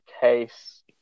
case